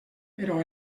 però